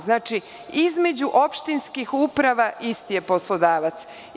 Znači, između opštinskih uprava isti je poslodavac.